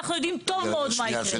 אנחנו יודעים טוב מאוד מה יקרה.